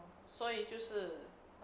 所以就是